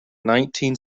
nineteen